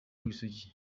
w’isugi